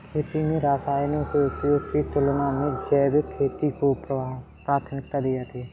खेती में रसायनों के उपयोग की तुलना में जैविक खेती को प्राथमिकता दी जाती है